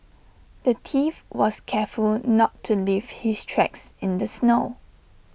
the thief was careful not to leave his tracks in the snow